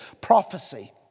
prophecy